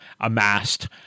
amassed